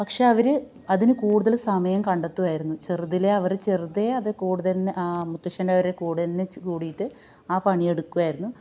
പക്ഷേ അവർ അതിന് കൂടുതൽ സമയം കണ്ടെത്തുവായിരുന്നു ചെറുതിലേ അവർ ചെറുതേയത് കൂടുതല്നു മുത്തശ്ശന്റെവര് കൂടന്നെ കൂടീട്ട് ആ പണിയെടുക്കുവായിരുന്നു